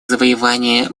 завоевания